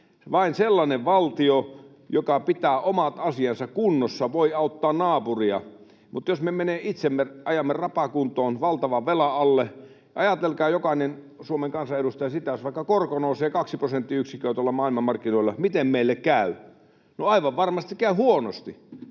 Vain sellainen valtio, joka pitää omat asiansa kunnossa, voi auttaa naapuria, mutta jos me itsemme ajamme rapakuntoon valtavan velan alle... Ajatelkaa, jokainen Suomen kansanedustaja, sitä, että jos vaikka korko nousee 2 prosenttiyksikköä tuolla maailmanmarkkinoilla, miten meille käy. No aivan varmasti käy huonosti.